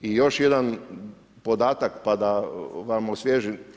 I još jedan podatak pa da vam osvježim.